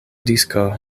disko